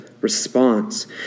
response